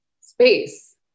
space